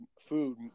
food